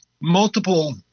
multiple